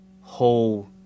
whole